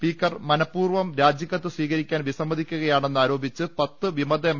speaker മനപൂർവ്വം രാജിക്കത്ത് സ്വീകരിക്കാൻ വിസമ്മതിക്കുകയാണെന്ന് ആരോപിച്ച് പത്ത് വിമത എം